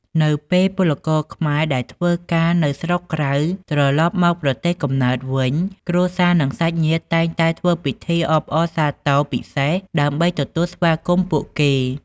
នៅពេលពលករខ្មែរដែលធ្វើការនៅស្រុកក្រៅត្រឡប់មកប្រទេសកំណើតវិញ គ្រួសារ និងសាច់ញាតិតែងតែធ្វើពិធីអបអរសាទរពិសេស ដើម្បីទទួលស្វាគមន៍ពួកគេ។